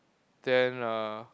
then uh